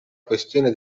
questione